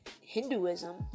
Hinduism